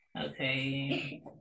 okay